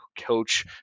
coach